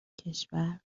کشور